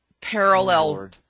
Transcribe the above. parallel